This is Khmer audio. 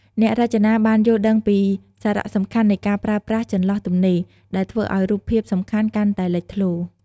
អ្នករចនាបានយល់ដឹងពីសារៈសំខាន់នៃការប្រើប្រាស់ចន្លោះទំនេរ ដែលធ្វើឲ្យរូបភាពសំខាន់កាន់តែលេចធ្លោ។